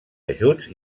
ajuts